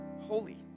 holy